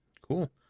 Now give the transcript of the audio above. Cool